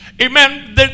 Amen